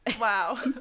Wow